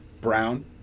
Brown